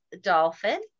dolphin